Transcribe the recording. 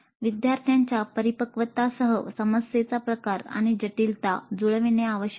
विद्यांर्थ्यांच्या परिपक्वतासह समस्येचा प्रकार आणि जटिलता जुळविणे आवश्यक आहे